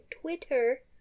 Twitter